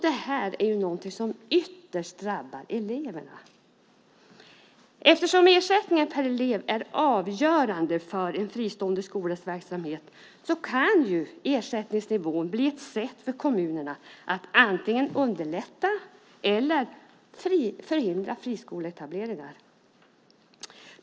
Det här är någonting som ytterst drabbar eleverna. Eftersom ersättningen per elev är avgörande för en fristående skolas verksamhet kan ersättningsnivån bli ett sätt för kommunerna att antingen underlätta eller förhindra friskoleetableringar.